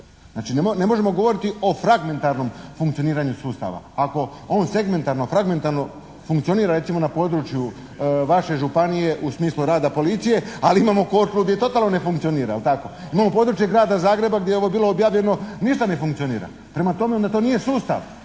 Znači ne možemo govoriti o fragmentarnom funkcioniranju sustava. Ako on segmentarno, fragmentarno funkcionira recimo na području vaše županije u smislu rada policije, ali imamo … /Govornik se ne razumije./ … gdje totalno ne funkcionira je li tako? Imamo područje grada Zagreba gdje je ovo bilo objavljeno, ništa ne funkcionira. Prema tome onda to nije sustav